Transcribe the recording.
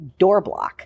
DoorBlock